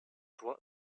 toi